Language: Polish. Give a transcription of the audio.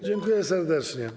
Dziękuję serdecznie.